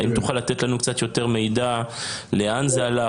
האם תוכל לתת לנו קצת יותר מידע לאן זה הלך?